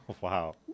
wow